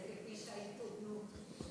לא חוזרים לזה, כפי שהעיתונות כותבת?